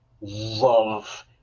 love